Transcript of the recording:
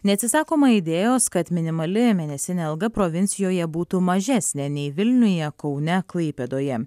neatsisakoma idėjos kad minimali mėnesinė alga provincijoje būtų mažesnė nei vilniuje kaune klaipėdoje